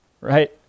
right